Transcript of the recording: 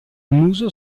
muso